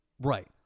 Right